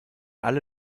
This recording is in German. alle